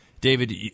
David